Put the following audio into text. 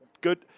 good –